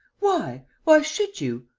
why? why should you?